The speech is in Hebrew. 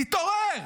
תתעורר